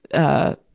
ah,